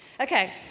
Okay